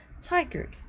tiger